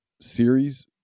series